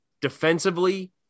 defensively